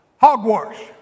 Hogwash